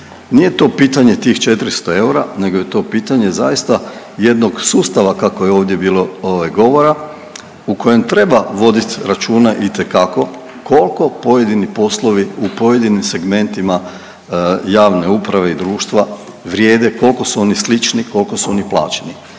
nije to pitanje tih 400 eura nego je to pitanje zaista jednog sustava kako je ovdje bilo ovaj govora u kojem treba vodit računa itekako kolko pojedini poslovi u pojedinim segmentima javne uprave i društva vrijede, kolko su oni slični, kolko su oni plaćeni